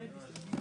מי בעד?